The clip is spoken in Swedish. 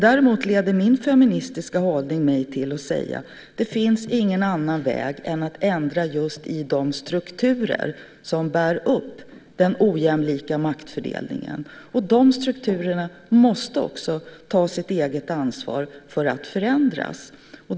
Däremot leder min feministiska hållning mig till att säga att det inte finns någon annan väg än att ändra just i de strukturer som bär upp den ojämlika maktfördelningen. De strukturerna måste också ta sitt eget ansvar för att förändras.